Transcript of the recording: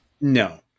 No